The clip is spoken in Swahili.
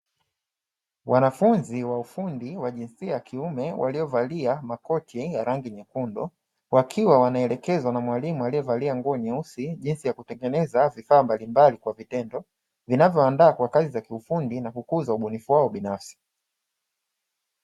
Wanafunzi wa ufundi wa jinsia ya kiume waliovalia makoti ya rangi nyekundu wakiwa wanaelekezwa na mwalimu aliyevalia nguo nyeusi, jinsi ya kutengeneza vifaa kwa vitendo vinavyoandaa kwa kazi za vifundi na kukuza ubunifu wao binafsi.